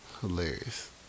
Hilarious